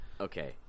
okay